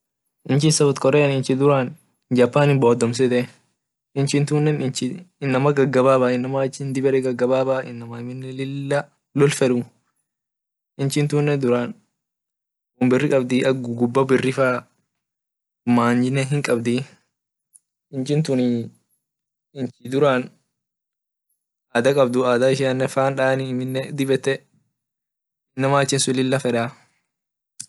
Inchi south korea inchi duran japan bodomsote inchi tunne inama dib ete gagababa inchi lila lol fet inchi tun won birri qabd guba birri mayine hinqabdi inchi tun duran ada qabd adatunne fan dani dib et inama achisun lila fed.